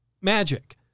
magic